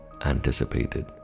anticipated